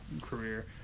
career